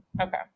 Okay